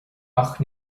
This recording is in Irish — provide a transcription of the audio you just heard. ach